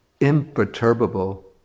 imperturbable